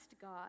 God